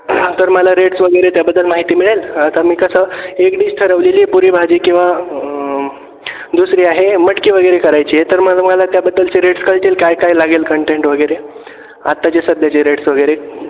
तर मला रेट्स वगरे त्याबद्दल माहिती मिळेल आता मी कसं एक डिश ठरवलेली पुरी भाजी किंवा दुसरी आहे मटकी वगैरे करायची आहे तर म मला त्याबद्दलचे रेट्स कळतील काय काय लागेल कंटेंट वगैरे आत्ताचे सध्याचे रेट्स वगेरे